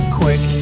quick